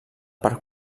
per